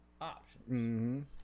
options